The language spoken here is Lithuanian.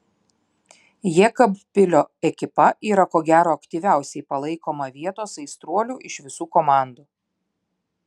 jekabpilio ekipa yra ko gero aktyviausiai palaikoma vietos aistruolių iš visų komandų